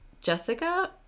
Jessica